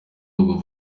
ubwo